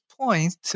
point